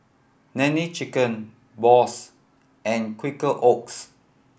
Nene Chicken Bose and Quaker Oats